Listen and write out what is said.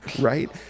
Right